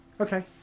okay